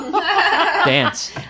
dance